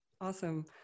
Awesome